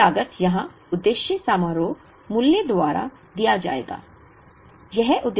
कुल लागत यहाँ उद्देश्य समारोह मूल्य द्वारा दिया जाएगा